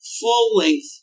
full-length